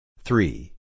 Three